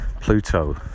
Pluto